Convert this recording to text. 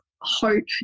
hope